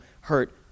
hurt